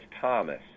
Thomas